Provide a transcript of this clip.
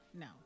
No